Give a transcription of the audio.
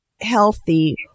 healthy